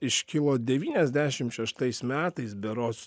iškilo devyniasdešim šeštais metais berods